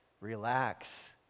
Relax